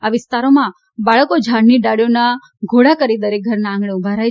આ વિસ્તારોમાં બાળકો ઝાડની ડાળીઓ ના ઘોડા કરી દરેક ઘરના આંગણે ઉભા રહે છે